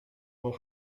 will